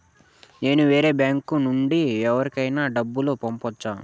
నేను వేరే బ్యాంకు నుండి ఎవరికైనా డబ్బు పంపొచ్చా?